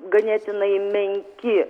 ganėtinai menki